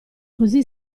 così